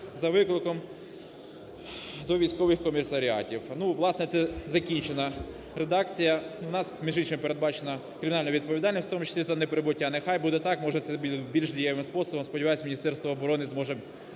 за викликом до військових комісаріатів. Ну, власне, це закінчена редакція, у нас, між іншим, передбачена кримінальна відповідальність, в тому числі за неприбуття, нехай буде так, може, це більш дієвим способом. Сподіваюсь, Міністерство оброни зможе